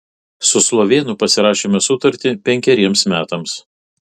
su slovėnu pasirašėme sutartį penkeriems metams